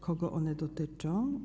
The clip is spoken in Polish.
Kogo one dotyczą?